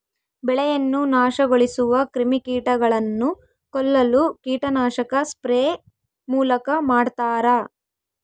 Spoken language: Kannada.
ಬೆಳೆಯನ್ನು ನಾಶಗೊಳಿಸುವ ಕ್ರಿಮಿಕೀಟಗಳನ್ನು ಕೊಲ್ಲಲು ಕೀಟನಾಶಕ ಸ್ಪ್ರೇ ಮೂಲಕ ಮಾಡ್ತಾರ